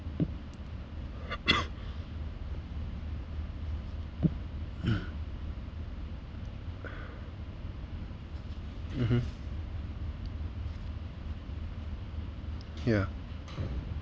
mmhmm yeah